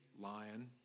lion